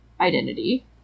identity